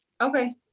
Okay